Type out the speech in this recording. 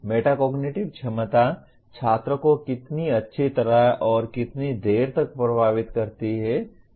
metacognitive क्षमता छात्र को कितनी अच्छी तरह और कितनी देर तक प्रभावित करती है